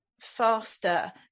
faster